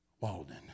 Walden